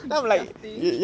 disgusting